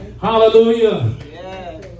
Hallelujah